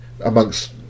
amongst